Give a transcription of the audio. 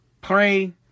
pray